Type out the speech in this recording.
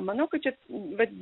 manau kad čia va